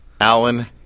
Alan